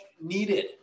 needed